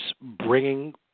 bringing